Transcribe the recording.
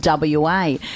WA